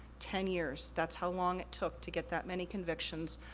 ten years, that's how long it took to get that many convictions,